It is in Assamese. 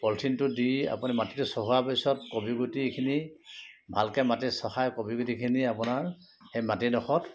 পলিথিনটো দি আপুনি মাটিটো চহোৱা পিছত কবি গুটিখিনি ভালকৈ মাটি চহাই কবি গুটিখিনি আপোনাৰ সেই মাটিডোখৰত